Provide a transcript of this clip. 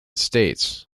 states